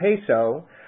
peso